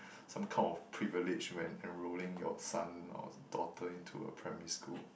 some kind of privilege when enrolling your son or daughter into a primary school